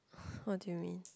what do you mean